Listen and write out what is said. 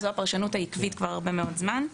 זאת הפרשנות העקבית כבר המון זמן,